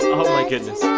oh, my god